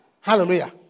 Hallelujah